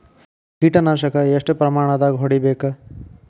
ಕೇಟ ನಾಶಕ ಎಷ್ಟ ಪ್ರಮಾಣದಾಗ್ ಹೊಡಿಬೇಕ?